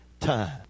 time